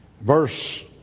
verse